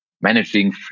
managing